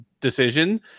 decision